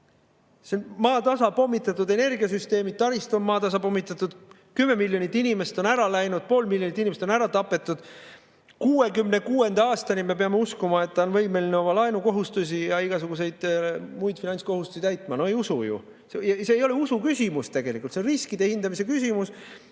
see on maatasa pommitatud, energiasüsteemid ja taristu on maatasa pommitatud, 10 miljonit inimest on ära läinud, pool miljonit inimest on ära tapetud. 2066. aastani me peame uskuma, et ta on võimeline oma laenukohustusi ja igasuguseid muid finantskohustusi täitma. No ei usu ju. See ei ole tegelikult usuküsimus, see on riskide hindamise küsimus.